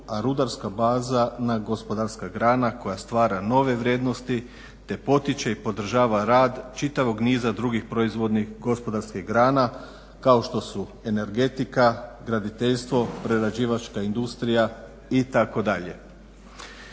a rudarska baza gospodarska grana koja stvara nove vrijednosti te potiče i podržava rad čitavog niza drugih proizvodnih gospodarskih grana kao što su energetika, graditeljstvo, prerađivačka industrija itd.